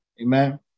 amen